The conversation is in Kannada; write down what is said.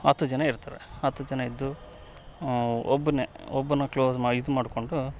ಹತ್ತು ಜನ ಇರ್ತಾರೆ ಹತ್ತು ಜನ ಇದ್ದು ಒಬ್ಬನೆ ಒಬ್ಬನ್ನ ಕ್ಲೋಸ್ ಮಾ ಇದು ಮಾಡಿಕೊಂಡು